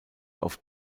auf